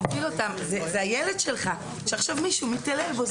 זה הילד שלך שעכשיו מישהו מתעלל בו.